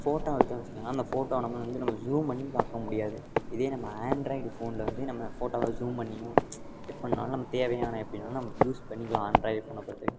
photo எடுத்தோன்னு வச்சுக்கோங்களேன் அந்த ஃபோட்டோ நம்ம வந்து நம்ம ஜூம் பண்ணி பார்க்க முடியாது இதே நம்ம ஆண்ட்ராய்டு ஃபோனில் வந்து நம்ம ஃபோட்டோவை ஜூம் பண்ணியும் எப்பிடினாலும் நம்ம தேவையானால் எப்படினாலும் நம்ம யூஸ் பண்ணிக்கலாம் ஆண்ட்ராய்டு ஃபோனை பொறுத்த வரைக்கும்